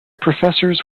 professors